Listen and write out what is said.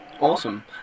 Awesome